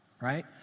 right